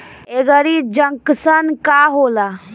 एगरी junction का होला?